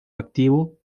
activo